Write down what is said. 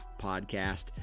podcast